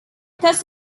thus